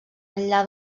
enllà